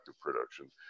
production